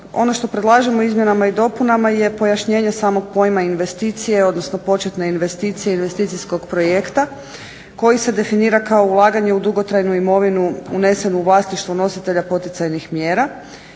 ono što predlažemo izmjenama i dopunama je pojašnjenje samog pojma investicije, odnosno početne investicije, investicijskog projekta koji se definira kao ulaganje u dugotrajnu imovinu unesenu u vlasništvo nositelja poticajnih mjera